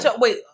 Wait